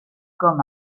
com